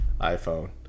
iphone